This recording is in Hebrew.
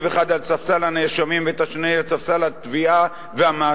אחד על ספסל הנאשמים ואת השני על ספסל התביעה והמאשים,